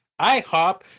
IHOP